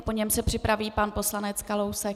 Po něm se připraví pan poslanec Kalousek.